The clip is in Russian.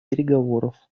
переговоров